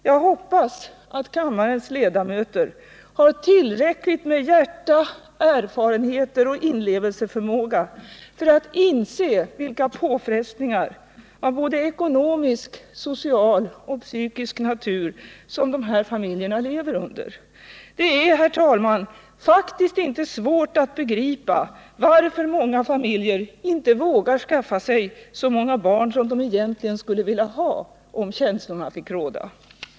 Jag hoppas att kammarens ledamöter har tillräckligt med hjärta, erfarenheter och inlevelseförmåga för att inse vilka påfrestningar — av ekonomisk, social och psykisk natur — som de här familjerna lever under. Det är, herr talman, faktiskt inte svårt att begripa varför många familjer inte vågar skaffa sig så många barn som de egentligen skulle vilja ha, om känslorna fick råda.